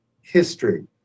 history